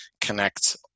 connect